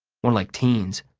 more like teens.